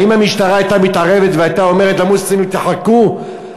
האם המשטרה הייתה מתערבת והייתה אומרת למוסלמים: תחכו,